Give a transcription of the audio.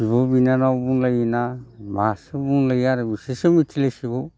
बिब' बिनानाव बुंलायोना मासो बुंलायो आरो बिसोरसो मिथिलायसिगौ